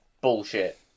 Bullshit